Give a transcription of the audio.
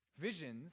Visions